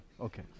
Okay